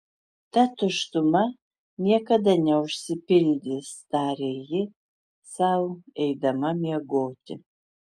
ta tuštuma niekada neužsipildys tarė ji sau eidama miegoti